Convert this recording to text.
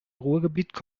ruhrgebiet